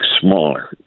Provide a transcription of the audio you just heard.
smaller